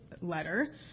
letter